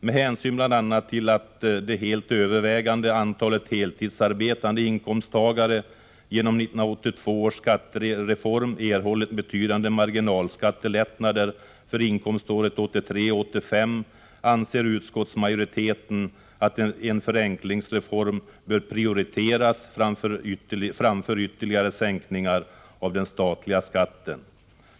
Med hänsyn bl.a. till att det helt övervägande antalet heltidsarbetande inkomsttagare genom 1982 års skattereform erhållit betydande marginalskattelättnader för inkomståren 1983-1985, anser utskottsmajoriteten att en förenklingsreform bör prioriteras framför ytterligare sänkningar av den statliga skatten.